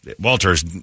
Walter's